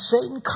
Satan